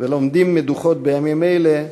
וכפי שאנו לומדים מדוחות בימים אלה,